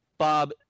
Bob